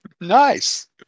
nice